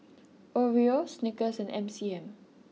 Oreo Snickers and M C M